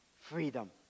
freedom